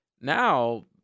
Now